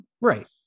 right